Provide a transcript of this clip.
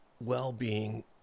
well-being